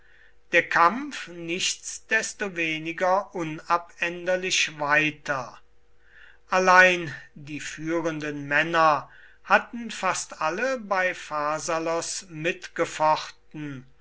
der kampf nichtsdestoweniger unabänderlich weiter allein die führenden männer hatten fast alle bei pharsalos mitgefochten